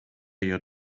your